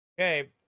Okay